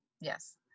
yes